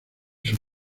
sus